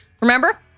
Remember